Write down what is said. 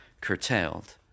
curtailed